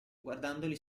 guardandoli